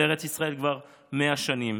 כבר 100 שנים